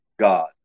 God